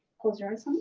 close your eyes, honey.